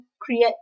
create